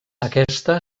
aquesta